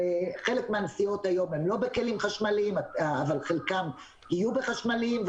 חלק מהנסיעות היום הן לא בכלים חשמליים אבל חלקן יהיו בכלים חשמליים,